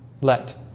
Let